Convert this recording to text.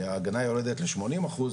כי ההגנה יורדת לשמונים אחוז,